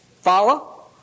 Follow